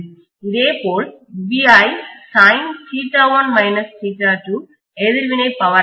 இதேபோல் எதிர்வினை பவர் ஆக இருக்கும்